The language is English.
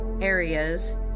areas